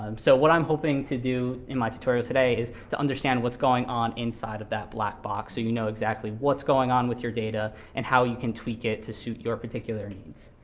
um so what i'm hoping to do in my tutorial today is to understand what's going on inside of that black box, so you know exactly what's going on with your data, and how you can tweak it to suit your particular needs.